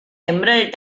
emerald